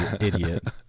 idiot